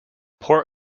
port